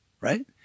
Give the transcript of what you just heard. right